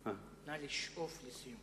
אלא "נא לשאוף לסיום".